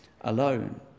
alone